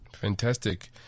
Fantastic